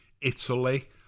italy